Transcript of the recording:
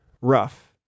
rough